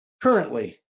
Currently